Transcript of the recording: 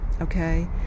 okay